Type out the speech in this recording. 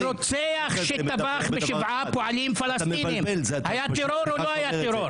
הרוצח שטבח בשבעה פועלים פלסטיניים היה טרור או לא היה טרור?